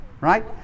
right